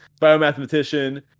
Biomathematician